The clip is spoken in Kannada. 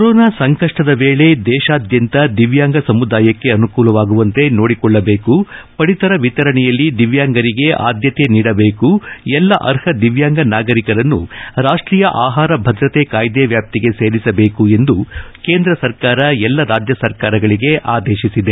ಕೊರೊನಾ ಸಂಕಷ್ಟದ ವೇಳೆ ದೇಶಾದ್ಯಂತ ದಿವ್ಯಾಂಗ ಸಮುದಾಯಕ್ಕೆ ಅನಾನುಕೂಲವಾಗದಂತೆ ನೋಡಿಕೊಳ್ಳಬೇಕು ಪದಿತರ ವಿತರಣೆಯಲ್ಲಿ ದಿವ್ಯಾಂಗರಿಗೆ ಆದ್ಯತೆ ನೀಡಬೇಕು ಎಲ್ಲಾ ಅರ್ಹ ದಿವ್ಯಾಂಗ ನಾಗರಿಕರನ್ನು ರಾಷ್ಟೀಯ ಆಹಾರ ಭದ್ರತೆ ಕಾಯ್ದೆ ವ್ಯಾಪ್ತಿಗೆ ಸೇರಿಸಬೇಕು ಎಂದು ಕೇಂದ್ರ ಸರ್ಕಾರ ಎಲ್ಲಾ ರಾಜ್ಯ ಸರ್ಕಾರಗಳಿಗೆ ಆದೇಶಿಸಿದೆ